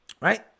right